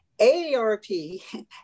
AARP